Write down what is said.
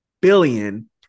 billion